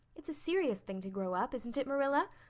it's a serious thing to grow up, isn't it, marilla?